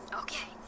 Okay